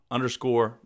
underscore